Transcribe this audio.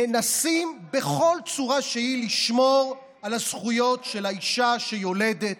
מנסים בכל צורה שהיא לשמור על הזכויות של האישה שיולדת,